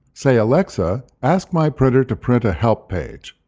say, alexa ask my printer to print a help page.